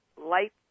light